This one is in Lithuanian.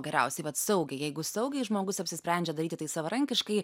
geriausiai vat saugiai jeigu saugiai žmogus apsisprendžia daryti tai savarankiškai